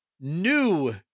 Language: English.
new